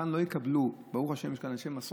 כאן לא יקבלו, ברוך השם יש כאן אנשי מסורת,